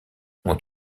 ont